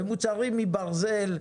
במוצרים מברזל,